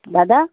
दादा